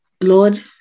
Lord